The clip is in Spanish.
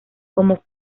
como